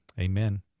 Amen